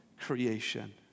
creation